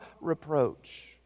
reproach